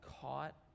caught